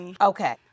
Okay